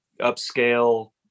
upscale